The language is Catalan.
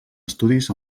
estudis